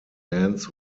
ends